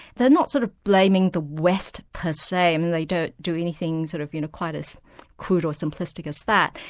they're not sort of blaming the west per se, and they don't do anything sort of you know quite as crude or simplistic as that.